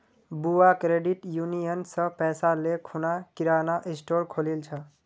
बुआ credit union स पैसा ले खूना किराना स्टोर खोलील छ